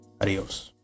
adios